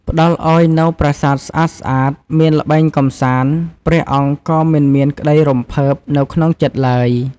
ផ្តល់ឲ្យនូវប្រាសាទស្អាតៗ មានល្បែងកម្សាន្ត ព្រះអង្គក៏មិនមានក្ដីរំភើបនៅក្នុងចិត្តឡើយ។